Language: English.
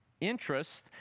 interest